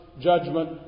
judgment